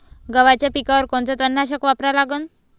गव्हाच्या पिकावर कोनचं तननाशक वापरा लागन?